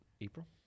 april